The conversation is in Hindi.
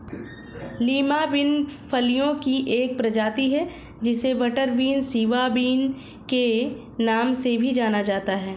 लीमा बिन फलियों की एक प्रजाति है जिसे बटरबीन, सिवा बिन के नाम से भी जाना जाता है